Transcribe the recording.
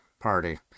party